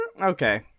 Okay